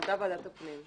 ואתה יושב-ראש ועדת הפנים,